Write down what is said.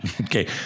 Okay